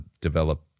develop